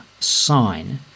sign